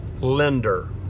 lender